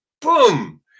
boom